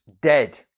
dead